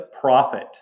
profit